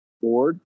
board